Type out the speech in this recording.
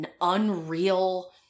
unreal